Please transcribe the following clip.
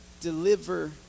deliver